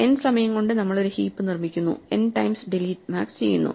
n സമയം കൊണ്ടു നമ്മൾ ഒരു ഹീപ്പ് നിർമ്മിക്കുന്നു n ടൈംസ് ഡിലീറ്റ് മാക്സ് ചെയ്യുന്നു